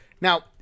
Now